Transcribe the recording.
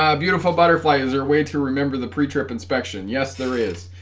ah beautiful butterfly is there a way to remember the pre-trip inspection yes there is